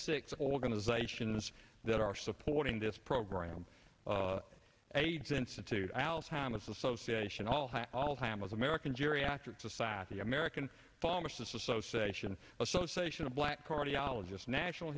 six organizations that are supporting this program aids institute alzheimer's association all all hamill's american geriatric society american pharmacists association association of black cardiologists national